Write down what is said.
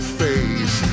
face